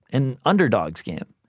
an underdog's game.